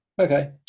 okay